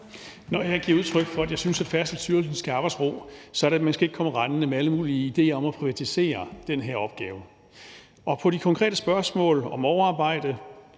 Når jeg giver udtryk for, at jeg synes, at Færdselsstyrelsen skal have arbejdsro, så betyder det, at man ikke skal komme rendende med alle mulige idéer om at privatisere den her opgave. Til de konkrete spørgsmål om overarbejde